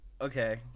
Okay